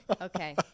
Okay